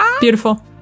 Beautiful